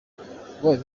wabaye